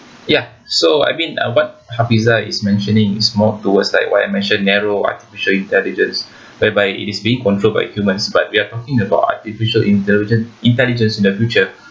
ya so I mean what hafizah is mentioning is more towards like what I mentioned narrow artificial intelligence whereby it is being controlled by humans but we're talking artificial intelli~ intelligence in the future